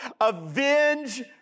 avenge